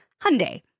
Hyundai